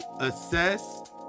assess